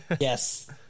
yes